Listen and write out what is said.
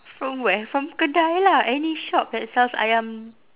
from where from kedai lah any shop that sells ayam